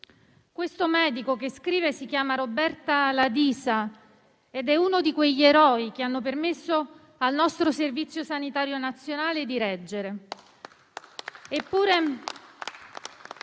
Il medico che scrive si chiama Roberta Ladisa ed è uno di quegli eroi che hanno permesso al nostro Servizio sanitario nazionale di reggere.